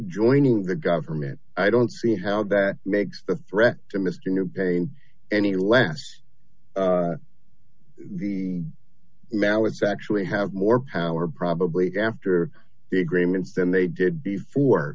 joining the government i don't see how that makes the threat to mr new pain any less the mallets actually have more power probably after the agreement than they did before